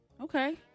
Okay